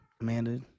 Amanda